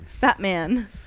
Batman